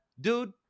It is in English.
dude